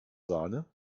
sahne